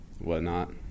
whatnot